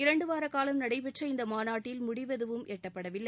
இரண்டுவார காலம் நடைபெற்ற இந்த மாநாட்டில் முடிவெதுவும் எட்டப்படவில்லை